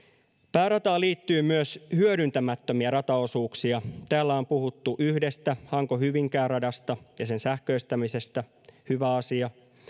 päärataan liittyy myös hyödyntämättömiä rataosuuksia täällä on puhuttu yhdestä hanko hyvinkää radasta ja sen sähköistämisestä hyvä asia